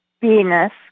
Venus